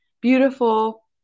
beautiful